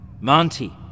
Monty